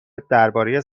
درباره